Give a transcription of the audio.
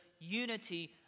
unity